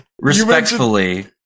Respectfully